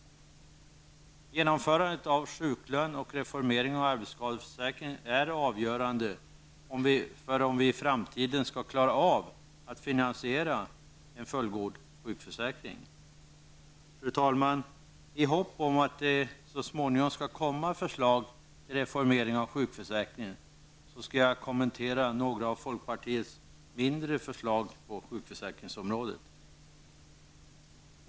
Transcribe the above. Genomförandet av sjuklön och reformeringen av arbetsskadeförsäkringen är avgörande för om vi i framtiden skall klara av att finansiera en fullgod sjukförsäkring. Fru talman! I hopp om att det så småningom skall komma förslag till en reformering av sjukförsäkringen skall jag nu bara kommentera några av folkpartiets mindre förslag på sjukförsäkringsområdet.